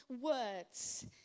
words